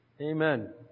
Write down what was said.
Amen